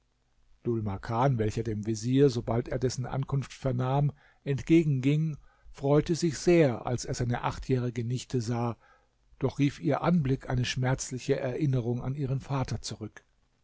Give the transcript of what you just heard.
makan welcher dem vezier sobald er dessen ankunft vernahm entgegenging freute sich sehr als er seine achtjährige nichte sah doch rief ihr anblick eine schmerzliche erinnerung an ihren vater zurück